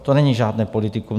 To není žádné politikum.